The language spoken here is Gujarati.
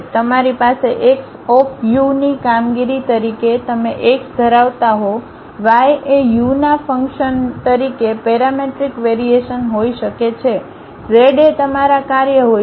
તમારી પાસે x ની કામગીરી તરીકે તમે x ધરાવતા હો y એ યુના ફંક્શન તરીકે પેરામેટ્રિક વેરીએશન હોઈ શકે છે z એ તમારા કાર્ય હોઈ શકે